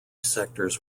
sectors